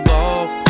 off